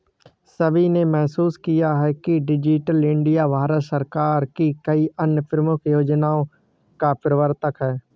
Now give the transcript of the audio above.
सभी ने महसूस किया है कि डिजिटल इंडिया भारत सरकार की कई अन्य प्रमुख योजनाओं का प्रवर्तक है